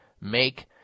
make